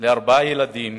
לארבעה ילדים